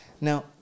Now